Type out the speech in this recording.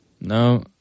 No